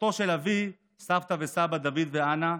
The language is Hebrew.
משפחתו של אבי, סבא וסבתא דוד ואנה,